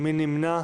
מי נמנע?